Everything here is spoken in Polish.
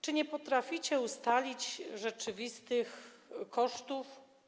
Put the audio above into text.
Czy nie potraficie ustalić rzeczywistych kosztów?